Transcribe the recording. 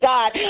God